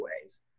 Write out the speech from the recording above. ways